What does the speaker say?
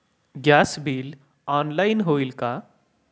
Gas bill online होईल का?